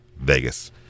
Vegas